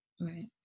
Right